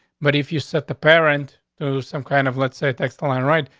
but if you set the parent through some kind of, let's say text align right,